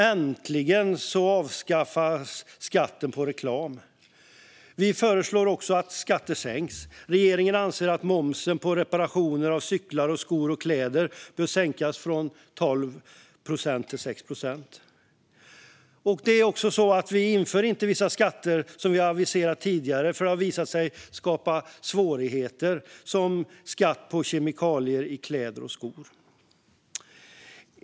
Äntligen avskaffas skatten på reklam! Vi föreslår också att skatter sänks. Regeringen anser att momsen på reparationer av cyklar, skor och kläder bör sänkas från 12 procent till 6 procent. Vissa skatter som vi har aviserat tidigare inför vi inte, för de har visat sig skapa svårigheter. Det gäller till exempel skatt på kemikalier i kläder och skor.